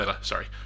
Sorry